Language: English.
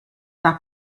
that